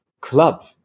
club